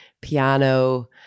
piano